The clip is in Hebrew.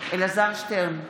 אלעזר שטרן,